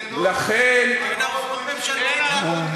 זה לא רק הלוואות ממשלתיות,